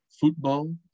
football